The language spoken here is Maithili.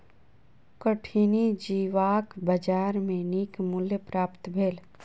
कठिनी जीवक बजार में नीक मूल्य प्राप्त भेल